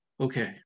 Okay